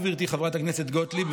גברתי חברת הכנסת גוטליב,